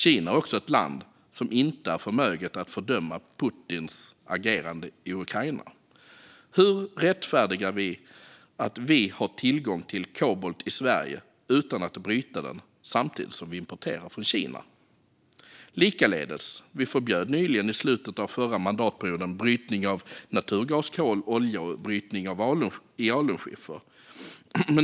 Kina är också ett land som inte är förmöget att fördöma Putins agerande i Ukraina. Hur rättfärdigar vi att vi har tillgång till kobolt i Sverige utan att bryta den samtidigt som vi importerar kobolt från Kina? Vi förbjöd nyligen, i slutet av förra mandatperioden, utvinning av naturgas, kol och olja och brytning i alunskiffer.